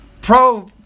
pro